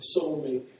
soulmate